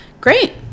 Great